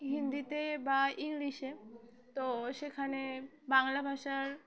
হিন্দিতে বা ইংলিশে তো সেখানে বাংলা ভাষার